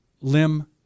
limb